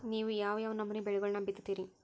ನೇವು ಯಾವ್ ಯಾವ್ ನಮೂನಿ ಬೆಳಿಗೊಳನ್ನ ಬಿತ್ತತಿರಿ?